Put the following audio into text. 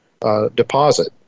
deposit